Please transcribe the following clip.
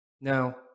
Now